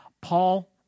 Paul